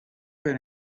been